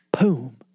boom